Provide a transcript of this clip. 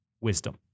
wisdom